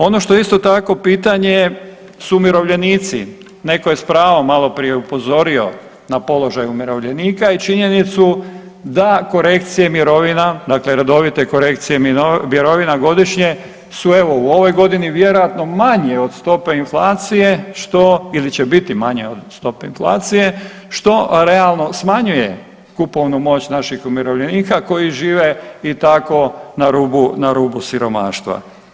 Ono što isto tako pitanje je su umirovljenici, neko je s pravom maloprije upozorio na položaj umirovljenika i činjenicu da korekcije mirovina, dakle redovite korekcije mirovina godišnje su evo u ovoj godini vjerojatno manje od stope inflacije ili će biti manje od stope inflacije, što realno smanjuje kupovnu moć naših umirovljenika koji žive i tako na rubu, na rubu siromaštva.